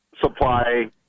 supply